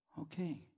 Okay